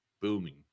booming